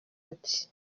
ati